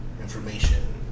information